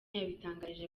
yabitangarije